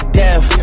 death